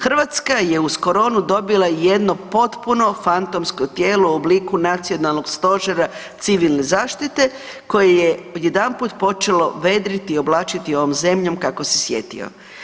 Hrvatska je uz koronu dobila jedno potpuno fantomsko tijelo u obliku Nacionalnog stožera civilne zaštite koje je odjedanput počelo vedriti i oblačiti ovom zemljom kako se sjetio.